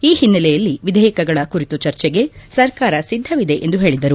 ಈ ಹಿನ್ನೆಲೆಯಲ್ಲಿ ವಿಧೇಯಕಗಳ ಕುರಿತು ಚರ್ಚೆಗೆ ಸರ್ಕಾರ ಸಿದ್ದವಿದೆ ಎಂದು ಹೇಳಿದರು